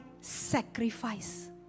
sacrifice